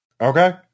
okay